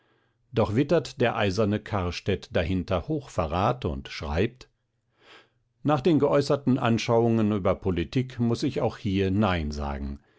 doch wittert der eiserne kahrstedt dahinter hochverrat und schreibt nach den geäußerten anschauungen über politik muß ich auch hier nein sagen